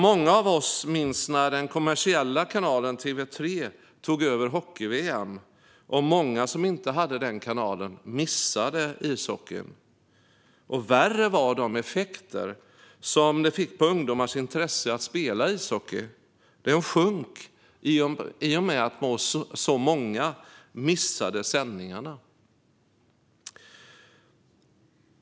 Många av oss minns när den kommersiella kanalen TV3 tog över hockey-VM och många som inte hade den kanalen missade ishockeyn. Värre var de effekter som detta fick på ungdomars intresse att spela ishockey. Intresset sjönk i och med att så många missade sändningarna.